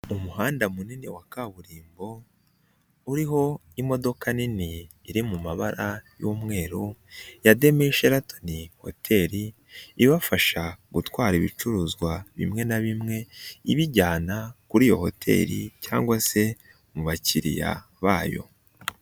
Umuhanda munini wa kaburimbo uriho imodoka nini iri mu mabara y'umweru ya Demi Shelaton Hotel, ibafasha gutwara ibicuruzwa bimwe na bimwe ibijyana kuri iyo hoteli cyangwa se mu bakiriya bayo.